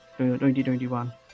2021